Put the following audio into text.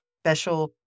special